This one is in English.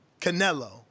Canelo